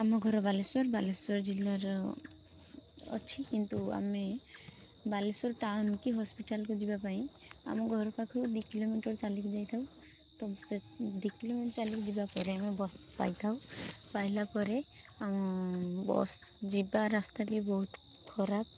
ଆମ ଘର ବାଲେଶ୍ୱର ବାଲେଶ୍ୱର ଜିଲ୍ଲାର ଅଛି କିନ୍ତୁ ଆମେ ବାଲେଶ୍ୱର ଟାଉନ୍ କି ହସ୍ପିଟାଲ୍କୁ ଯିବା ପାଇଁ ଆମ ଘର ପାଖରୁ ଦୁଇ କିଲୋମିଟର ଚାଲିକି ଯାଇଥାଉ ତ ସେ ଦୁଇ କିଲୋମିଟର ଚାଲିକି ଯିବା ପରେ ଆମେ ବସ୍ ପାଇଥାଉ ପାଇଲା ପରେ ବସ୍ ଯିବା ରାସ୍ତା ବି ବହୁତ ଖରାପ